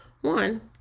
One